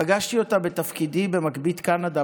פגשתי אותה בתפקידי במגבית קנדה,